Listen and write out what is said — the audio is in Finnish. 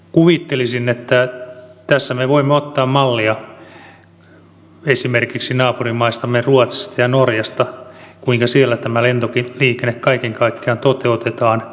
kuvittelisin että tässä me voimme ottaa mallia esimerkiksi naapurimaistamme ruotsista ja norjasta kuinka siellä lentoliikenne kaiken kaikkiaan toteutetaan